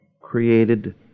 created